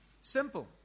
Simple